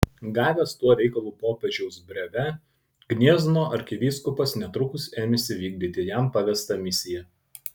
gavęs tuo reikalu popiežiaus brevę gniezno arkivyskupas netrukus ėmėsi vykdyti jam pavestą misiją